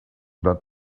not